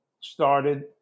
started